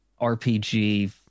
RPG